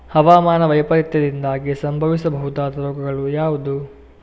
ಹವಾಮಾನ ವೈಪರೀತ್ಯದಿಂದಾಗಿ ಸಂಭವಿಸಬಹುದಾದ ರೋಗಗಳು ಯಾವುದು?